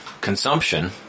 Consumption